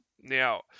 Now